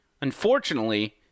Unfortunately